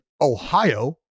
Ohio